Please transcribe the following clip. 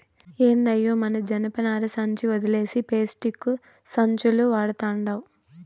ఏందయ్యో మన జనపనార సంచి ఒదిలేసి పేస్టిక్కు సంచులు వడతండావ్